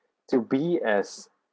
to be as